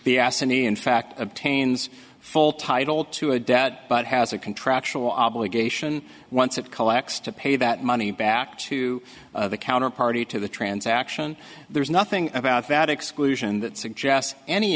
ass and in fact obtains full title to a debt but has a contractual obligation once it collects to pay that money back to the counter party to the transaction there's nothing about that exclusion that suggests any